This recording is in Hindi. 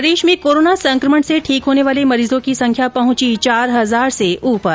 प्रदेश में कोरोना संकमण से ठीक होने वाले मरीजों की संख्या पहुंची चार हजार से ऊपर